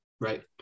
Right